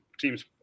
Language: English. teams